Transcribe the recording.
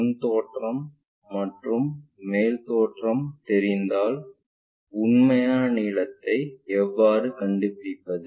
முன் தோற்றம் மற்றும் மேல் தோற்றம் தெரிந்தால் உண்மையான நீளத்தை எவ்வாறு கண்டுபிடிப்பது